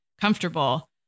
comfortable